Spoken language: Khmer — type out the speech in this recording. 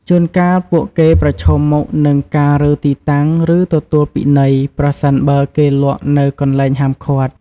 ជួនកាល ពួកគេប្រឈមមុខនឹងការរើទីតាំង ឬទទួលពិន័យ ប្រសិនបើគេលក់នៅកន្លែងហាមឃាត់។